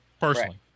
personally